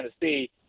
Tennessee